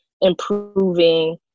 improving